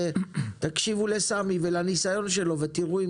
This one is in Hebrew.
אבל תקשיבו לסמי ולניסיון שלו ותראו אם